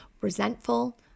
resentful